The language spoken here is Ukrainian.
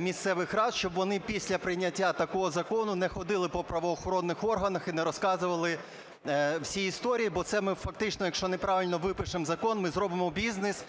місцевих рад, щоб вони після прийняття такого закону не ходили по правоохоронних органах і не розказували всі історії. Бо це фактично, якщо ми неправильно випишемо закон, ми зробимо бізнес